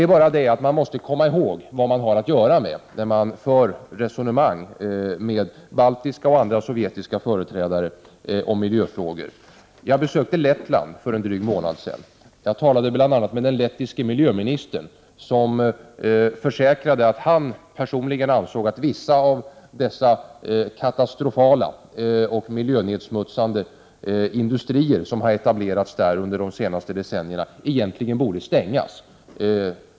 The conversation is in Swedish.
Man måste komma ihåg vad man har att göra med när man för resonemang med baltiska och andra sovjetiska företrädare om miljöfrågor. Jag besökte Lettland för en dryg månad sedan. Jag talade bl.a. med den lettiska miljöministern, som försäkrade att han personligen ansåg att vissa av dessa katastrofala och miljönedsmutsande industrier som etablerats där under de senaste decennierna egentligen borde stängas.